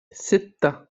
ستة